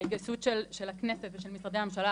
להתגייסות של הכנסת ומשרדי הממשלה,